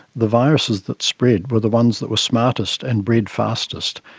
the viruses that spread were the ones that were smartest and bred fastest.